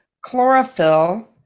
chlorophyll